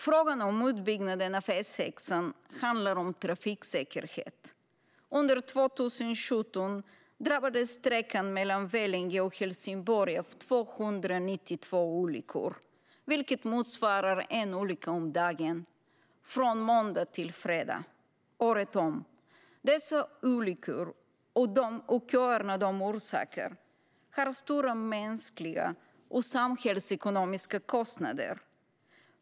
Frågan om utbyggnaden av E6 handlar om trafiksäkerhet. Under 2017 drabbades sträckan mellan Vellinge och Helsingborg av 292 trafikolyckor, vilket motsvarar en olycka om dagen, från måndag till fredag, året om. Dessa olyckor och de köer de orsakar har stora mänskliga och samhällsekonomiska kostnader.